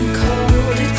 cold